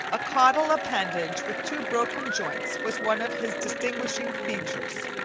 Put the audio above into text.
a caudal appendage with two broken joints was one of his distinguishing features.